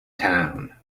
town